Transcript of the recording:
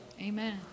Amen